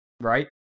right